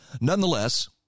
Nonetheless